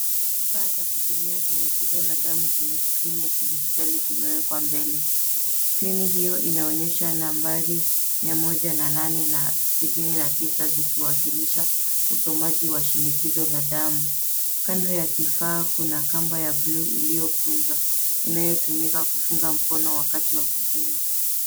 Kifaa cha kupimia shinikizo la damu chenye skrini ya kidijitali kimewekwa mbele. Skrini hio inaonyesha nambari mia moja na nane na sitini na tisa zikiwakilisha usomaji wa shinikizo la damu. Kando ya kifaa kuna kamba ya buluu iliyokunjwa inayotumika kufunga mkono wakati wa kupima.